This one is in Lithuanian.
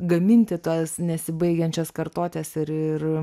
gaminti tas nesibaigiančias kartotes ir ir